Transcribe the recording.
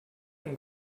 and